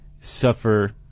suffer